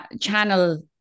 channel